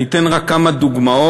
אני אתן רק כמה דוגמאות.